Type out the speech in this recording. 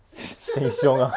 sheng siong ah